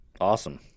Awesome